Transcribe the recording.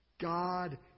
God